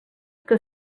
que